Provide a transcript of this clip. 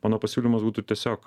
mano pasiūlymas būtų tiesiog